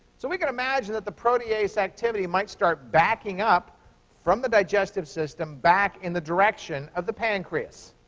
so we could imagine that the protease activity might start backing up from the digestive system back in the direction of the pancreas.